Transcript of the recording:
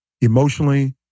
emotionally